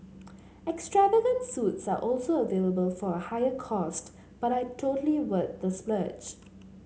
extravagant suites are also available for a higher cost but I totally worth the splurge